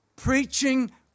Preaching